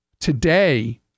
today